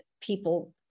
people